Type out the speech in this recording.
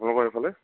তোমালোকৰ সেইফালে